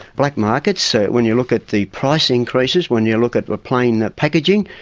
black markets so when you look at the price increases, when you look at but plain packaging,